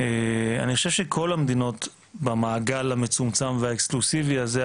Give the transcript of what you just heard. אני חושב שכל המדינות במעגל המצומצם והאקסקלוסיבי הזה,